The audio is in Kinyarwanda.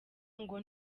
ngo